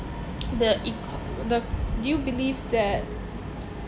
the eco~ the do you believe that